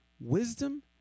Wisdom